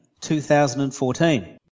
2014